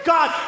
God